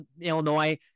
Illinois